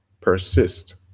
Persist